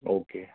okay